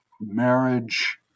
marriage